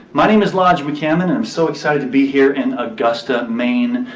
my name is lodge mckammon. i'm so excited to be here in augusta, maine,